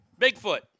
Bigfoot